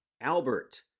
Albert